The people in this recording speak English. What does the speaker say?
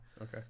okay